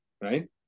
right